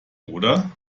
oder